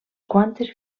quantes